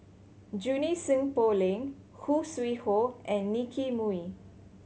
Junie Sng Poh Leng Khoo Sui Hoe and Nicky Moey